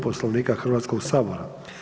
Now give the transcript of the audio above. Poslovnika Hrvatskog sabora.